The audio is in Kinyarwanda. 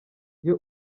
iyo